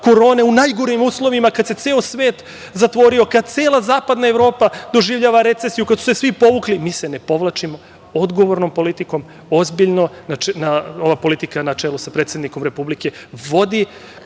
korone, u najgorim uslovima, kad se ceo svet zatvorio, kad cela Zapadna Evropa doživljava recesiju, kad su svi povukli, mi se ne povlačimo. Odgovornom politikom, ozbiljno, ova politika, na čelu sa predsednikom Republike, vodi